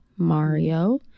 mario